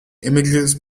images